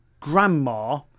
grandma